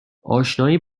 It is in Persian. آشنایی